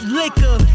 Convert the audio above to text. liquor